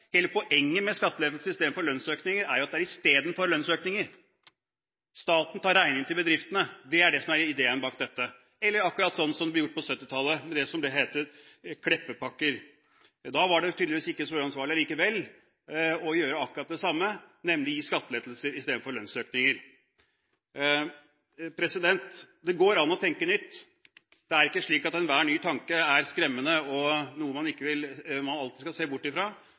hele poenget med skattelettelser istedenfor lønnsøkninger er at det er istedenfor lønnsøkninger. Staten tar regningen til bedriftene, det er det som er ideen bak dette – eller akkurat slik som det ble gjort på 1970-tallet, med det som het Kleppe-pakker. Da var det tydeligvis ikke så uansvarlig likevel å gjøre akkurat det samme, nemlig å gi skattelettelser istedenfor lønnsøkninger. Det går an å tenke nytt. Det er ikke slik at enhver ny tanke er skremmende og noe man alltid skal se bort